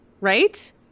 Right